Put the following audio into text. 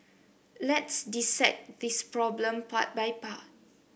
let's dissect this problem part by part